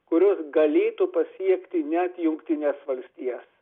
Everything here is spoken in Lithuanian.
kurios galėtų pasiekti net jungtines valstijas